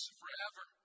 forever